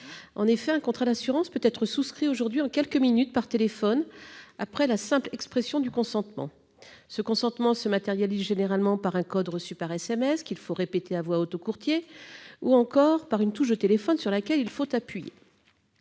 En effet, un contrat d'assurance peut être souscrit en quelques minutes par téléphone après la simple expression du consentement. Ce dernier se matérialise généralement par un code reçu par SMS qu'il faut répéter à voix haute au courtier ou encore par une touche de téléphone sur laquelle il faut appuyer.